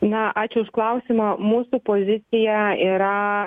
na ačiū už klausimą mūsų pozicija yra